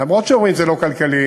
למרות שאומרים שזה לא כלכלי,